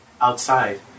Outside